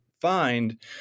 find